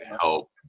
help